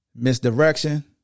Misdirection